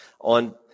on